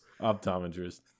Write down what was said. Optometrists